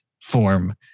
form